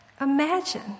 Imagine